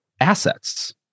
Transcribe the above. assets